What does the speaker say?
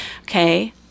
okay